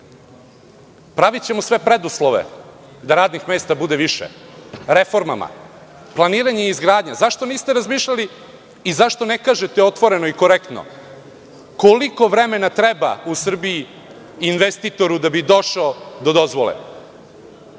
ljude. Pravićemo sve preduslove da radnih mesta bude više, reformama, planiranjem izgradnje. Zašto niste razmišljali i zašto ne kažete otvoreno i korektno koliko vremena treba u Srbiji investitoru da bi došao do dozvole?